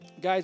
Guys